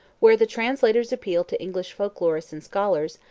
where the translators appealed to english folklorists and scholars,